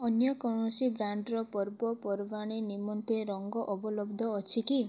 ଅନ୍ୟ କୌଣସି ବ୍ରାଣ୍ଡ୍ର ପର୍ବପର୍ବାଣି ନିମନ୍ତେ ରଙ୍ଗ ଅବଲବ୍ଧ ଅଛି କି